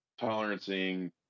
tolerancing